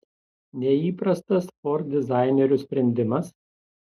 neįprastas ford dizainerių sprendimas